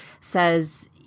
says